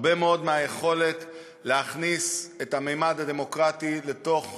הרבה מאוד מהיכולת להכניס את הממד הדמוקרטי לתוך